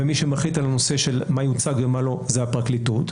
ומי שמחליט על הנושא מה יוצג ומה לא זה הפרקליטות.